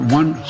one